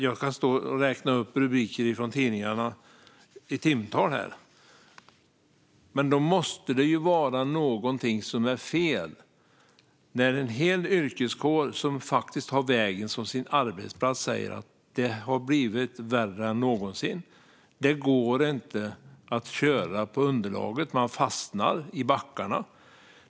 Jag kan räkna upp rubriker från tidningarna i timtal. Det måste vara något som är fel när en hel yrkeskår som faktiskt har vägen som sin arbetsplats säger att det har blivit värre än någonsin. Det går inte att köra på underlaget. Man fastnar i backarna.